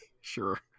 sure